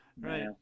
right